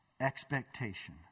expectation